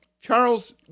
Charles